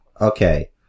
Okay